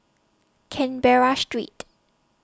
Canberra Street